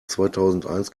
zweitausendeins